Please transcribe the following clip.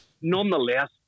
nonetheless